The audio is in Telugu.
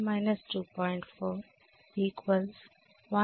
4 197